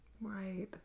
Right